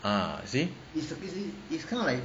ah you see